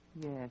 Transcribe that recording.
Yes